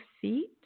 feet